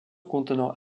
contenant